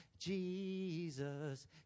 Jesus